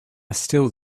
still